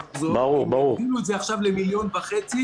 שקל למחזור, הם הגדילו את זה עכשיו למיליון וחצי